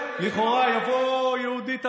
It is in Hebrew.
לכאורה יבוא יהודי תמים,